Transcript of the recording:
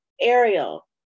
Ariel